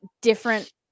different